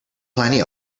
plenty